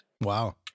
Wow